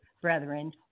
brethren